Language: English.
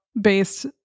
based